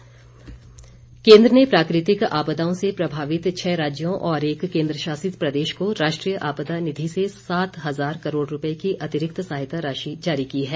केंद्रीय सहायता केंद्र ने प्राकृतिक आपदाओं से प्रभावित छह राज्यों और एक केंद्रशासित प्रदेश को राष्ट्रीय आपदा निधि से सात हज़ार करोड़ रुपये की अतिरिक्त सहायता राशि जारी की है